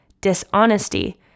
dishonesty